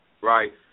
right